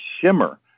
shimmer